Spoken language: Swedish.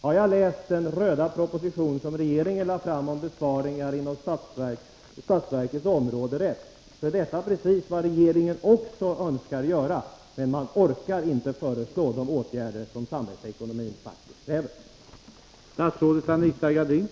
Har jag läst den röda proposition som regeringen lade fram om besparingar inom statsverkets område rätt, är detta precis vad regeringen också önskar göra, men den orkar inte föreslå de åtgärder som samhällsekonomin faktiskt kräver.